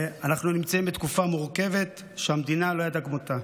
אנחנו נמצאים בתקופה מורכבת שהמדינה לא ידעה כמותה.